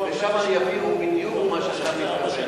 ושם יבינו בדיוק מה שאתה מתכוון.